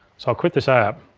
so i'll quit this app.